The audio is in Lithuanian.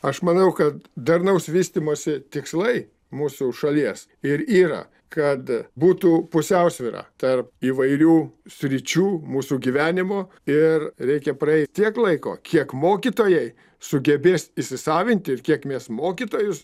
aš manau kad darnaus vystymosi tikslai mūsų šalies ir yra kad būtų pusiausvyra tarp įvairių sričių mūsų gyvenimo ir reikia praeiti tiek laiko kiek mokytojai sugebės įsisavinti ir kiek mes mokytojus